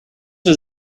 was